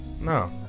No